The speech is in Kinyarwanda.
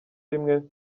rimwe